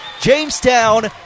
Jamestown